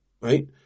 right